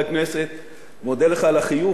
מודה לך על החיוך, על הרוח הטובה,